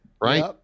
right